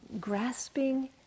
grasping